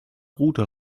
rute